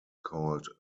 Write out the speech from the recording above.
called